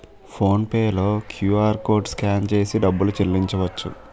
phone pay లో QR code scan చేసి డబ్బులు చెల్లించవచ్చు